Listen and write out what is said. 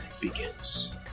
begins